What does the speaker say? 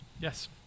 Yes